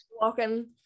Walking